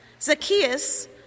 Zacchaeus